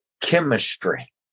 chemistry